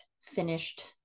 finished